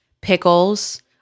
Pickles